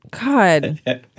God